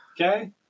Okay